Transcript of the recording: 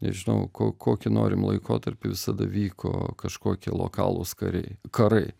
nežinau ko kokį norim laikotarpį visada vyko kažkokie lokalūs kariai karai